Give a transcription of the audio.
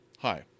Hi